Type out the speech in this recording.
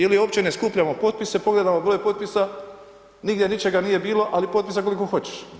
Ili opće ne skupljamo potpise, pogledamo broj potpisa, nigdje ničega nije bilo, ali potpisa koliko hoćeš.